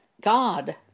God